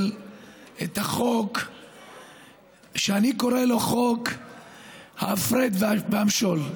את החוק שאני קורא לו חוק הפרד ומשול,